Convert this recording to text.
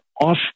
off